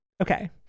okay